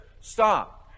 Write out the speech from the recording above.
Stop